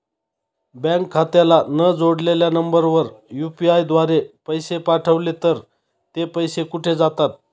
Bank खात्याला न जोडलेल्या नंबरवर यु.पी.आय द्वारे पैसे पाठवले तर ते पैसे कुठे जातात?